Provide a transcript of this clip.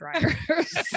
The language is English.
dryers